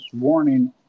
warning